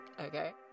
okay